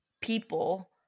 people